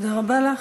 תודה רבה לך.